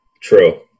true